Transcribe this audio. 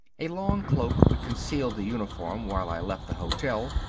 a long cloak would conceal the uniform while i left the hotel,